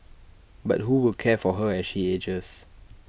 but who will care for her as she ages